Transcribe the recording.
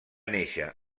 néixer